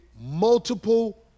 multiple